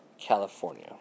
California